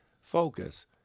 focus